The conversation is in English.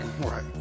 right